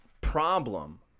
problem